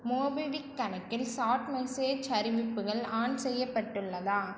MobiKwik கணக்கில் chat message அறிவிப்புகள் on செய்யப்பட்டுள்ளதா